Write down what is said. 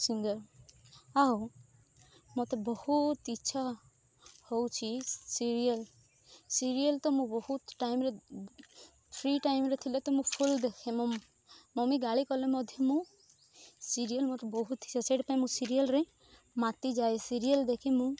singer ଆଉ ମତେ ବହୁତ ଇଚ୍ଛା ହଉଛି ସିରିଏଲ ସିରିଏଲ ତ ମୁଁ ବହୁତ ଟାଇମରେ ଫ୍ରି ଟାଇମରେ ଥିଲେ ତ ମୁଁ ଫୁଲ ଦେଖେ ମୋ ମମି ଗାଳି କଲେ ମଧ୍ୟ ମୁଁ ସିରିଏଲ ମତେ ବହୁତ ଇଚ୍ଛା ସେଇଟା ପାଇଁ ସିରିଏଲରେ ମାତି ଯାଏ ସିରିଏଲ ଦେଖି ମୁଁ